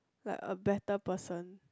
like a better person